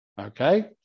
okay